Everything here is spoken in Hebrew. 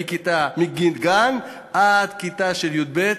מגיל גן עד כיתה י"ב,